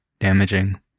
damaging